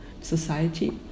society